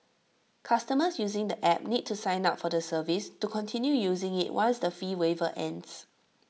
customers using the app need to sign up for the service to continue using IT once the fee waiver ends